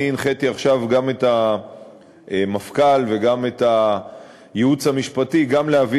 הנחיתי עכשיו גם את המפכ"ל וגם את הייעוץ המשפטי להביא